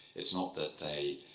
it's not that they